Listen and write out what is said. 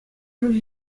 шыв